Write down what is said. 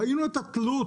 ראינו את התלות